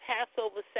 Passover